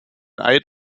eid